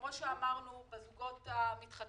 כמו שאמרנו בזוגות המתחתנים,